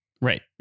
Right